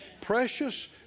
Precious